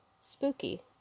spooky